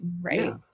right